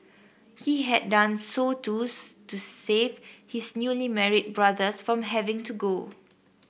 he had done so to save his newly married brothers from having to go